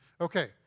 Okay